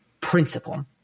principle